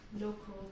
local